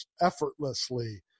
effortlessly